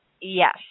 Yes